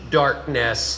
darkness